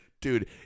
Dude